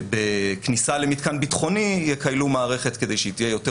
בכניסה למתקן ביטחוני יכיילו מערכת כדי שהיא תהיה יותר